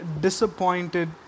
disappointed